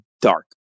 dark